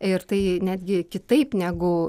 ir tai netgi kitaip negu